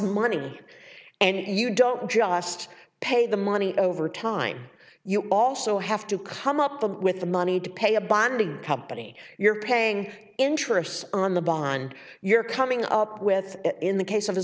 money and you don't just pay the money over time you also have to come up with the money to pay a bonding company you're paying interest on the bond you're coming up with in the case